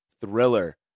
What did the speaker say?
thriller